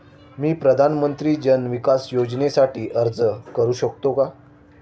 मी प्रधानमंत्री जन विकास योजनेसाठी अर्ज करू शकतो का?